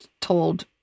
told